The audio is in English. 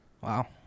Wow